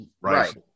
Right